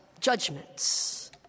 judgments